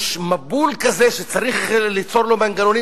יש מבול כזה שצריך ליצור לו מנגנונים